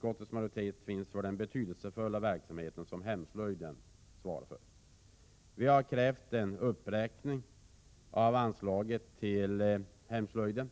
på känsla för den betydelsefulla verksamhet som hemslöjden svarar för. Vi har krävt en uppräkning av anslaget till hemslöjden.